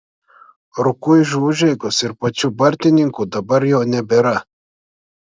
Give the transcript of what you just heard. rukuižų užeigos ir pačių bartininkų dabar jau nebėra